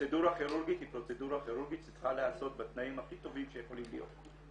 אם אין לי אין לי מקום להכניס אותה.